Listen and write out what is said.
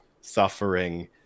suffering